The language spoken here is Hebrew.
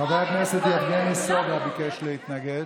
חבר הכנסת יבגני סובה ביקש להתנגד.